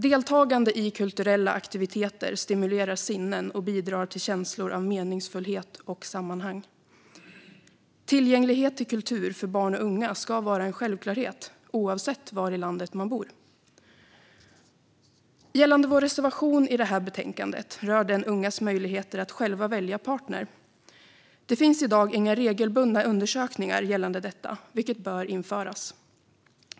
Deltagande i kulturella aktiviteter stimulerar sinnen och bidrar till en känsla av meningsfullhet och sammanhang. Tillgänglighet till kultur för barn och unga ska vara en självklarhet, oavsett var i landet man bor. Vår reservation i det här betänkandet rör ungas möjligheter att själva välja partner. Det finns i dag inga regelbundna undersökningar om detta, vilket bör införas.